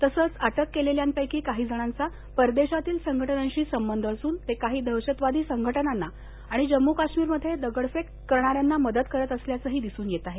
तसंच अटक केलेल्यांपैकी काही जणांचा परदेशातील संघटनांशी संबंध असून ते काही दहशतवादी संघटनांना आणि जम्मू काश्मीरमध्ये दगडफेक करणाऱ्यांना मदत करत असल्याचंही दिसून येत आहे